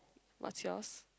what's yours